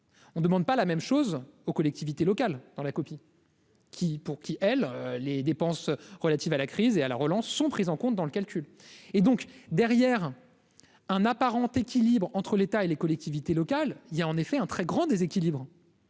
on demande pas la même chose aux collectivités locales dans la copie qui, pour qui elle les dépenses relatives à la crise et à la relance, sont prises en compte dans le calcul est donc derrière un apparent équilibre entre l'État et les collectivités locales, il y a en effet un très grand déséquilibre